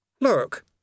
Look